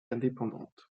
indépendante